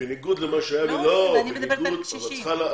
אני מדברת על קשישים.